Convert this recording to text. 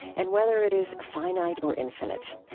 and whether it is finite or infinite.